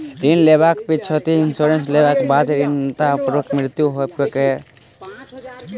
ऋण लेबाक पिछैती इन्सुरेंस लेबाक बाद ऋणकर्ताक मृत्यु होबय पर ऋणक भार ककरा पर होइत?